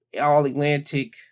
All-Atlantic